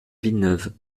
villeneuve